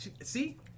See